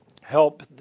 help